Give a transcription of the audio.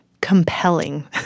Compelling